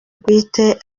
bwite